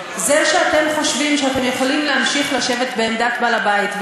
זה שאתם חושבים שאתם יכולים להמשיך לשבת בעמדת בעל-הבית,